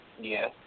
Yes